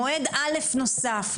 מועד א' נוסף,